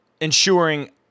ensuring